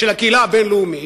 של הקהילה הבין-לאומית,